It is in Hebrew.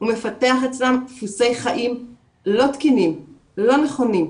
הוא מפתח אצלם דפוסי חיים לא תקינים, לא נכונים.